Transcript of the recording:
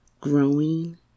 growing